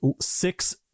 six